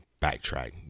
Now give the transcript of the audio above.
backtrack